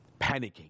panicking